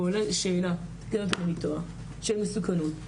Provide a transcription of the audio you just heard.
ועולה שאלה של מסוכנות,